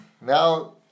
Now